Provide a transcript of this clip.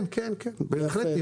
כן, בהחלט.